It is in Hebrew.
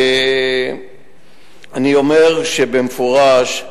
אני אומר במפורש: